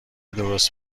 درست